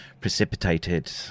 precipitated